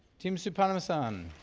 tim soutphommasane.